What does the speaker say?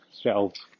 shelves